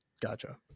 gotcha